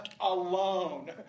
alone